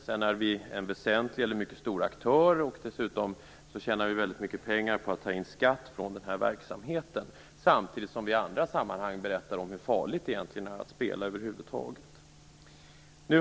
Sedan är vi en mycket stor aktör. Dessutom tjänar vi väldigt mycket pengar på att ta in skatt från den här verksamheten, samtidigt som vi i andra sammanhang berättar om hur farligt det egentligen är att spela över huvud taget.